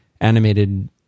animated